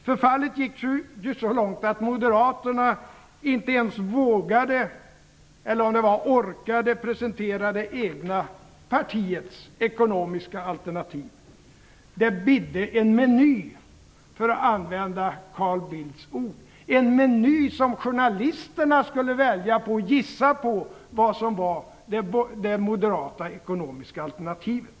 Förfallet gick så långt att Moderaterna inte ens vågade, eller kanske inte orkade, presentera det egna partiets ekonomiska alternativ. Det "bidde en meny", för att använda Carl Bildts ord - en meny där journalisterna skulle gissa vad som var det moderata ekonomiska alternativet.